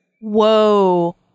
Whoa